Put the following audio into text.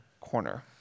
corner